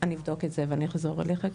אני אבדוק את זה ואני אחזור אליך.